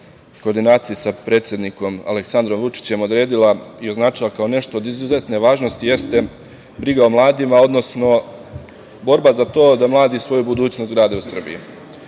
koordinaciji sa predsednikom Aleksandrom Vučićem odredila i označila kao nešto od izuzetne važnosti jeste briga o mladima, odnosno borba za to da mladi svoju budućnost grade u Srbiji.S